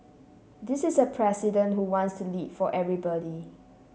this is a president who wants to lead for everybody